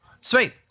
Sweet